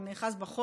אתה נאחז בחוק